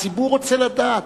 הציבור רוצה לדעת.